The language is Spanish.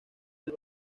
del